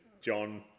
John